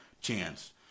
chance